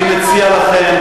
אני מציע לכם,